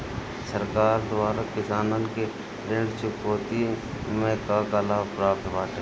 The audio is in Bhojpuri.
सरकार द्वारा किसानन के ऋण चुकौती में का का लाभ प्राप्त बाटे?